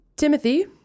Timothy